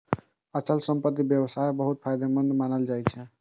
अचल संपत्तिक व्यवसाय बहुत फायदेमंद मानल जाइ छै